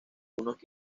unos